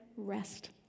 Rest